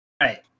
right